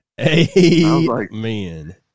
amen